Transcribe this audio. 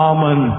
Amen